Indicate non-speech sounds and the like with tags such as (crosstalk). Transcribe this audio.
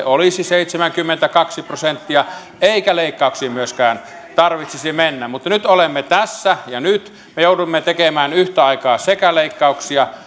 (unintelligible) olisi seitsemänkymmentäkaksi prosenttia eikä leikkauksiin myöskään tarvitsisi mennä mutta nyt olemme tässä ja nyt me joudumme tekemään yhtä aikaa leikkauksia (unintelligible)